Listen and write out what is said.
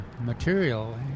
material